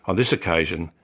and this occasion,